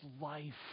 life